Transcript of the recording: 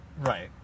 Right